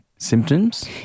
Symptoms